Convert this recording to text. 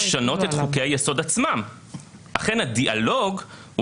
את עצמם בהרכב הנוכחי,